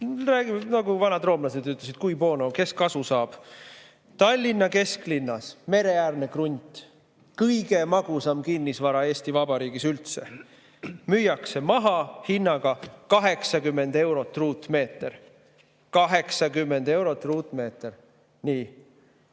Nagu vanad roomlased ütlesid:cui bono– kes kasu saab. Tallinna kesklinnas mereäärne krunt, kõige magusam kinnisvara Eesti Vabariigis üldse, müüakse maha hinnaga 80 eurot ruutmeeter. 80 eurot ruutmeeter!